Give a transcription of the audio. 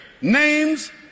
names